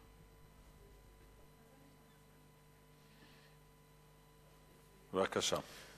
בבקשה.